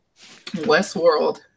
Westworld